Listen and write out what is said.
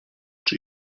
czy